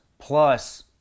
Plus